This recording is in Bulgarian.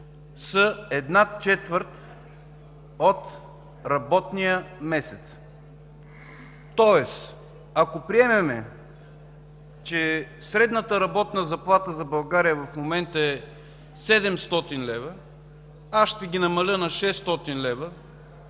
са една четвърт от работния месец. Тоест, ако приемем, че средната работна заплата за България в момента е 700 лв. – аз ще ги намаля на 600 лв.,